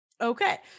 Okay